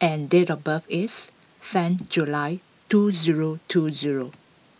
and date of birth is ten July two zero two zero